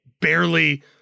barely